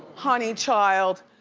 honey child,